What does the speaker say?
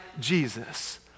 Jesus